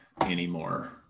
anymore